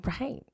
right